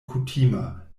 kutima